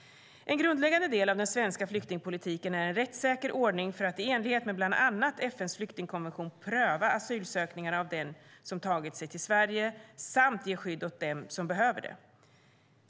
En grundläggande del av den svenska flyktingpolitiken är en rättssäker ordning för att i enlighet med bland annat FN:s flyktingkonvention pröva asylansökningar av dem som tagit sig till Sverige och ge skydd åt dem som behöver det.